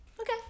Okay